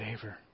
favor